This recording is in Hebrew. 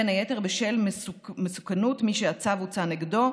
בין היתר בשל מסוכנות מי שהצו הוצא נגדו,